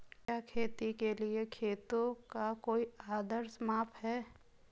क्या खेती के लिए खेतों का कोई आदर्श माप है?